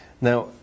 Now